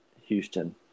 Houston